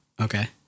Okay